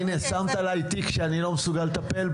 הנה, שמת עליי תיק שאני לא מסוגל לטפל בו.